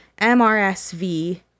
MRSV